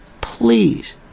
please